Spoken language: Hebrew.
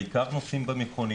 בעיקר נוסעים במכונית,